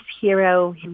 hero